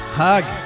hug